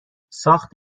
ساخت